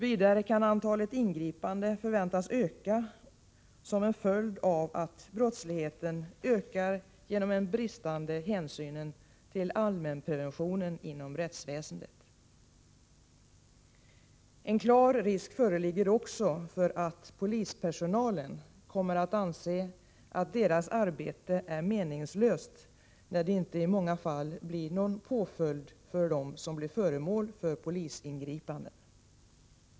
Vidare kan antalet ingripanden förväntas öka som en följd av att brottsligheten ökar genom den bristande hänsynen till allmänpreventionen inom rättsväsendet. En klar risk föreligger också för att polispersonalen kommer att anse att deras arbete är meningslöst, när det i många fall inte blir någon påföljd för dem som blir föremål för polisingripande.